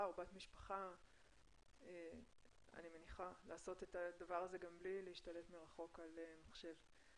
או בת משפחה לעשות את זה בלי להשתלט מרחוק על המחשב.